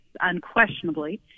unquestionably